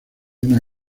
una